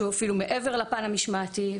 שהוא אפילו מעבר לפן המשמעתי,